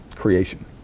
creation